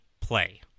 play